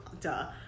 Duh